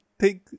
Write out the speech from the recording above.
take